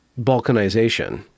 balkanization